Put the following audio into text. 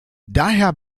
daher